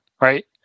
right